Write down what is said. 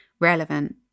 relevant